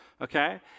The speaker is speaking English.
okay